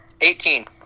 Eighteen